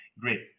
great